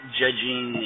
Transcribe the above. judging